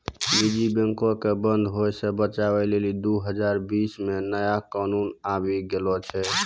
निजी बैंको के बंद होय से बचाबै लेली दु हजार बीस मे नया कानून आबि गेलो छै